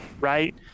right